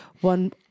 one